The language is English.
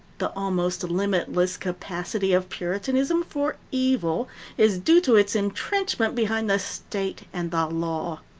the almost limitless capacity of puritanism for evil is due to its intrenchment behind the state and the law.